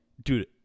Dude